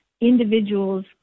individuals